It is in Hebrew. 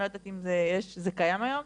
אני לא יודעת אם זה קיים היום.